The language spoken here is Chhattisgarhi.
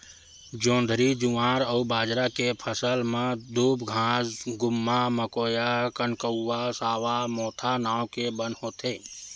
जोंधरी, जुवार अउ बाजरा के फसल म दूबघास, गुम्मा, मकोया, कनकउवा, सावां, मोथा नांव के बन होथे